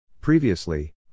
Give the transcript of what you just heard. Previously